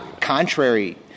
Contrary